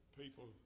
people